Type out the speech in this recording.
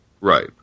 Right